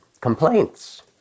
complaints